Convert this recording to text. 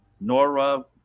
Nora